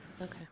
Okay